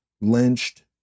lynched